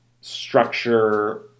structure